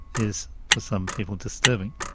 is for some people disturbing.